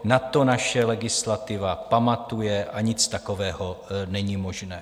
Na to naše legislativa pamatuje a nic takového není možné.